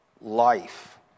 life